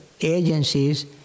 agencies